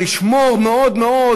לשמור מאוד מאוד,